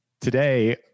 today